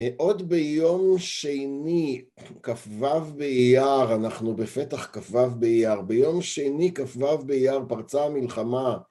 עוד ביום שני כו באייר, אנחנו בפתח כו באייר, ביום שני כו באייר פרצה המלחמה